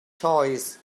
choice